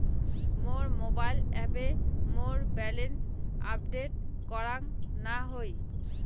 মোর mobile অ্যাপে মোর balance update করাং না হই